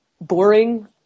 boring